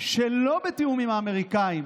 שלא בתיאום עם האמריקאים